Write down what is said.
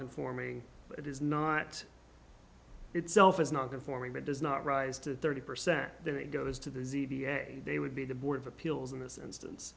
conforming it is not itself is not conforming that does not rise to thirty percent then it goes to the they would be the board of appeals in this instance